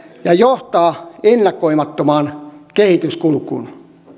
ja johtaa ennakoimattomaan kehityskulkuun